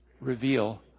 reveal